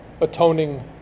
atoning